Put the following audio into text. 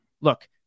look